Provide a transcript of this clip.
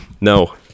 No